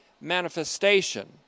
manifestation